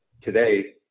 Today